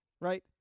right